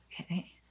Okay